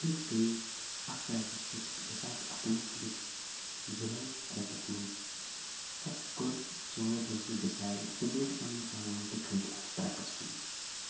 أسۍ گٔے اَتھ ٹرٛیکَس پٮ۪ٹھ زٕساس اَکوُہ کِس جُلاے رٮ۪تَس منٛز اسہِ کوٚر ژوروو دوسو ڈِسایِڈ تہٕ وٕٹۍ پَننۍ سامان تہٕ کھٕتۍ اَتھ ٹرٛیکَس کُن